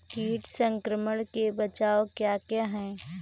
कीट संक्रमण के बचाव क्या क्या हैं?